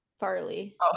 Farley